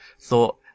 thought